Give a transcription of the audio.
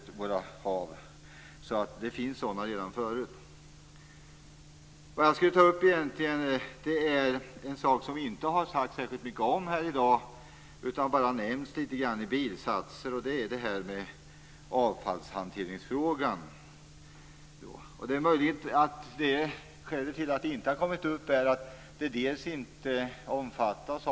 Det finns alltså sådana producenter sedan förut. Vad jag egentligen skulle ta upp var en sak som det inte har sagts särskilt mycket om här i dag. Det har bara nämnts litet grand i bisatser. Det är det här med avfallshanteringsfrågan. Det är möjligt att ett skäl till att den inte har kommit upp är att den inte omfattas